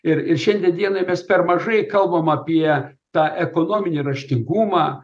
ir ir šiandien dienai mes per mažai kalbam apie tą ekonominį raštingumą